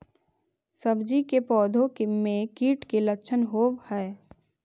सब्जी के पौधो मे कीट के लच्छन होबहय?